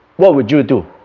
what would you do?